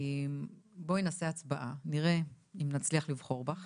בואי נעשה הצבעה נראה אם נצליח לבחור בך